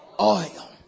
oil